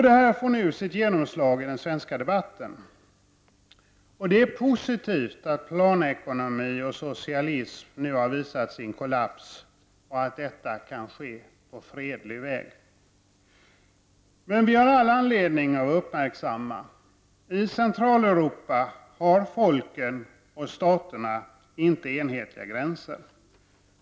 Detta får nu sitt genomslag i den svenska debatten. Det är positivt att planekonomi och socialism visat sin kollaps och att detta kan ske på fredlig väg. Men vi har all anledning att vara uppmärksamma. I Centraleuropa har folken och staterna inte enhetliga gränser.